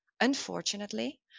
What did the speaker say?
unfortunately